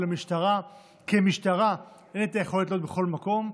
ולמשטרה כמשטרה אין יכולת להיות בכל מקום,